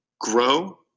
grow